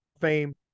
Fame